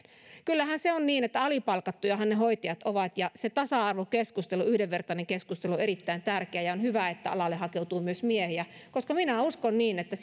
kyllähän se on niin että alipalkattujahan ne hoitajat ovat ja se tasa arvokeskustelu yhdenvertainen keskustelu on erittäin tärkeää ja on hyvä että alalle hakeutuu myös miehiä koska minä uskon niin että